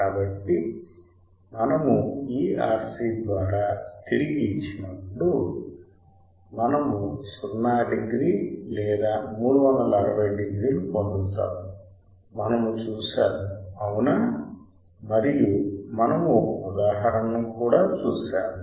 కాబట్టి మనము ఈ RC ద్వారా తిరిగి ఇచ్చినప్పుడు మనము 0 డిగ్రీ లేదా 360 డిగ్రీలు పొందుతాము మనము చూశాము అవునా మరియు మనము ఒక ఉదాహరణను కూడా చూశాము